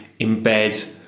embed